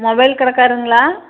mobile கடைக்காரங்களா